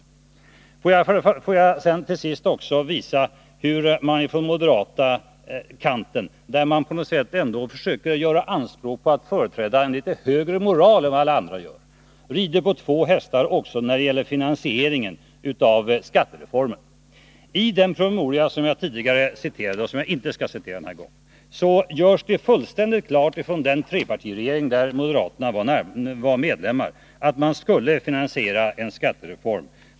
Får jag till sist också visa hur man från den moderata kanten, där man på något sätt ändå försöker göra anspråk på att företräda en litet högre moral än vad alla andra gör, rider på två hästar också när det gäller finansieringen av skattereformen. I den promemoria som jag tidigare citerade och som jag inte skall citera nu igen görs det fullständigt klart från den trepartiregering i vilken moderaterna ingick att man skulle finansiera en skattereform.